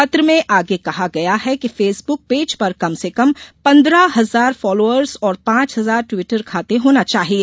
पत्र में आगे कहा गया है कि फेसबुक पेज पर कम से कम पन्द्रह हजार फलोअर्स और पांच हजार ट्वीटर खाते होना चाहिये